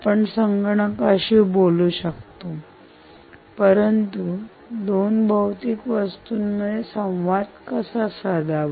आपण संगणकाशी बोलू शकतो परंतु दोन भौतिक वस्तूंमध्ये संवाद कसा साधावा